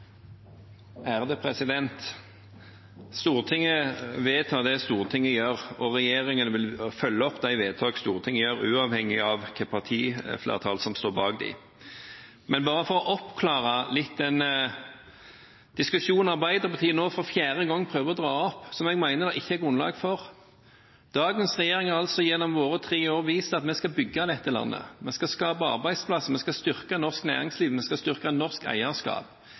landet vårt. Stortinget vedtar det Stortinget gjør, og regjeringen vil følge opp de vedtak Stortinget fatter, uavhengig av hva slags partiflertall som står bak dem. For å oppklare den diskusjonen Arbeiderpartiet nå for fjerde gang prøver å dra opp, som jeg mener det ikke er grunnlag for, vil jeg si: Dagens regjering har gjennom tre år vist at vi skal bygge dette landet, vi skal skape arbeidsplasser, vi skal styrke norsk næringsliv og vi skal styrke norsk eierskap.